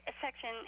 section